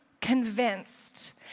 convinced